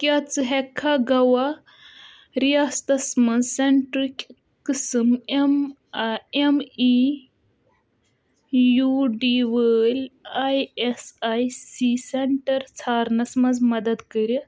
کیٛاہ ژٕ ہیٚککھا گَوا ریاستس مَنٛز سینٹرٕکۍ قٕسم M M E U D وٲلۍ E S I C centre ژھارنَس مَنٛز مدد کٔرِتھ